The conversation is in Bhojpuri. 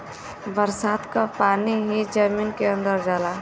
बरसात क पानी ही जमीन के अंदर जाला